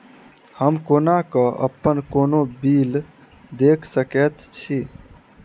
हम कोना कऽ अप्पन कोनो बिल देख सकैत छी?